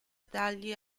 dagli